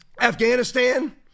Afghanistan